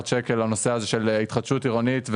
שקל לנושא הזה של התחדשות עירונית,